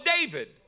David